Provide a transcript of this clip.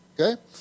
Okay